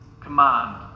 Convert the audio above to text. command